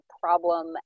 problem